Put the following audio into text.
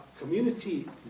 community